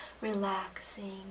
relaxing